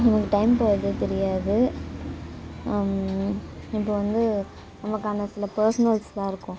நமக்கு டைம் போகிறதே தெரியாது இப்போ வந்து நமக்கு அந்த சில பர்ஸனல்சலாம் இருக்கும்